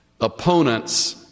opponents